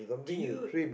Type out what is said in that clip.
do you